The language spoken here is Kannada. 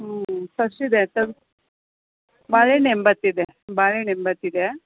ಹ್ಞೂ ಫ್ರಶ್ಶಿದೆ ಬಾಳೆಹಣ್ ಎಂಬತ್ತು ಇದೆ ಬಾಳೆಹಣ್ ಎಂಬತ್ತು ಇದೆ